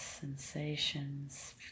sensations